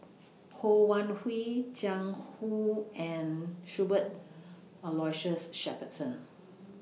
Ho Wan Hui Jiang Hu and Cuthbert Aloysius Shepherdson